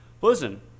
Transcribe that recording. Listen